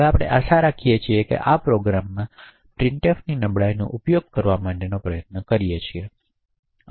હવે આપણે આશા રાખીએ છીએ કે આપણે આ પ્રોગ્રામમાં printf ની નબળાઈનો ઉપયોગ કરવા માટેનો પ્રયત્ન કરી છીએ આમાં છે